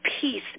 peace